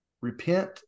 repent